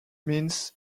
means